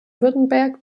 württemberg